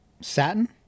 satin